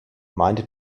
meinte